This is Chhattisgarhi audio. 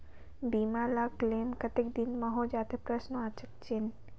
बीमा ला क्लेम कतेक दिन मां हों जाथे?